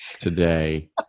today